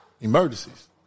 emergencies